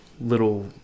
little